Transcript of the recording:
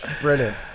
Brilliant